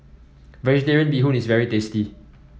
vegetarian Bee Hoon is very tasty